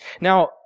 Now